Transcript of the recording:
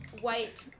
white